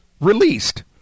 released